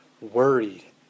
worried